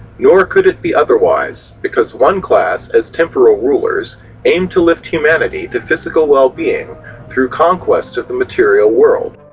nor could it be otherwise, because one class as temporal rulers aim to lift humanity to physical well-being through conquest of the material world,